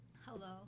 Hello